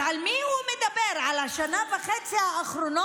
אז על מי הוא מדבר, על השנה וחצי האחרונות?